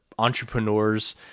Entrepreneurs